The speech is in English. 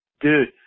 Dude